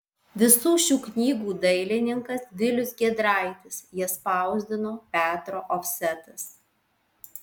visų šių knygų dailininkas vilius giedraitis jas spausdino petro ofsetas